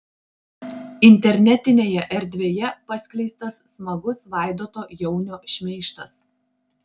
internetinėje erdvėje paskleistas smagus vaidoto jaunio šmeižtas